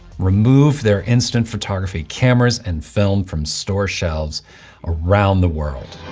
remove their instant photography cameras and film from store shelves around the world.